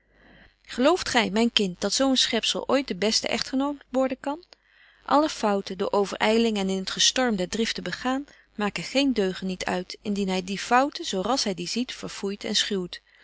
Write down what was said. gelooft gy myn kind dat zo een schepzel ooit de beste echtgenoot worden kan alle fouten door overyling en in het gestorm der driften begaan maken geen deugeniet uit indien hy die fouten zo rasch hy die ziet verfoeit en schuwt